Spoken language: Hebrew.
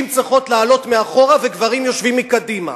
צריכות לעלות מאחורה וגברים יושבים מקדימה,